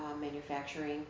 manufacturing